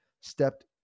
stepped